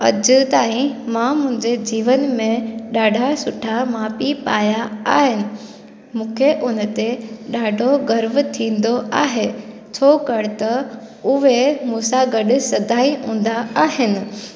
अॼु ताईं मां मुंहिंजे जीवन में ॾाढा सुठा माउ पीउ पाया आहिनि मूंखे हुन ते ॾाढो गर्व थींदो आहे छो करे त उहे मूं सां गॾु सदाई हूंदा आहिनि